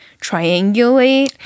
triangulate